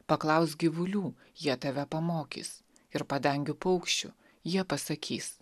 paklausk gyvulių jie tave pamokys ir padangių paukščių jie pasakys